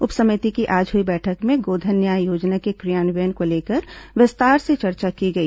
उप समिति की आज हुई बैठक में गोधन न्याय योजना के क्रियान्वयन को लेकर विस्तार से चर्चा की गई